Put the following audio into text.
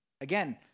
Again